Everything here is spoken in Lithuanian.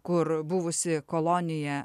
kur buvusi kolonija